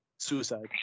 Suicide